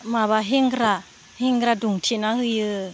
माबा हेंग्रा हेंग्रा दुमथेना होयो